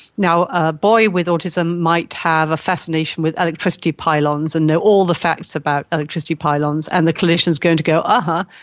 a boy with autism might have a fascination with electricity pylons and know all the facts about electricity pylons, and the clinician is going to go, aha,